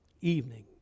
evening